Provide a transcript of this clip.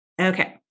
Okay